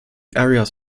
areas